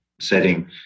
setting